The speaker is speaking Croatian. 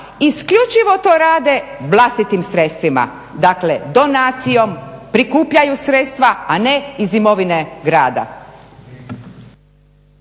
isključivo to rade vlastitim sredstvima, dakle donacijom, prikupljaju sredstva a ne iz imovine grada.